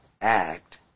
Act